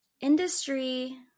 industry